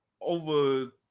over